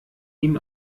ihm